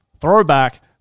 throwback